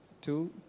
Two